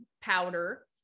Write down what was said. powder